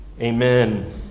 Amen